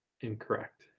Incorrect